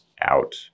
out